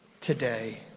today